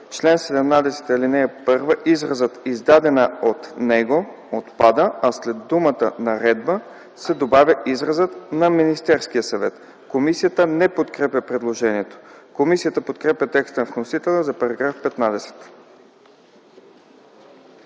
чл. 17, ал. 1, изразът „издадена от него” отпада, а след думата „наредба” се добавя изразът „на Министерския съвет”. Комисията не подкрепя предложението. Комисията подкрепя текста на вносителя за § 15.